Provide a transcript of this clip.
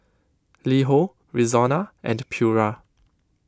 Li Ho Rexona and Pura